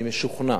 אני משוכנע